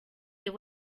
here